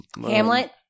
Hamlet